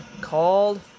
called